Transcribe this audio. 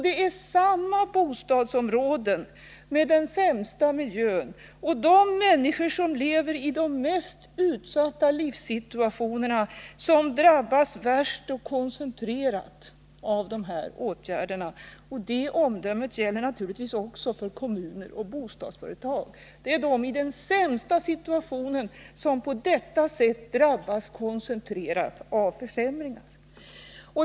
Det är samma bostadsområden — med den sämsta miljön och de människor som lever i de mest utsatta livssituationerna — som drabbas värst och koncentrerat av alla de här åtgärderna. Det omdömet gäller naturligtvis också för kommuner och bostadsföretag. Det är de som befinner sig i den sämsta situationen som på detta sätt drabbas koncentrerat av försämringar.